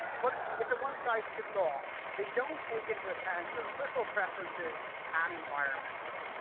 but it's a one-size-fits-all. they don't take into account your personal preferences and environment.